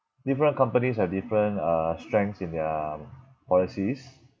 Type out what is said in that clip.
different companies have different uh strengths in their policies